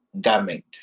garment